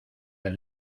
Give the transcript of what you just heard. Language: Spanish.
del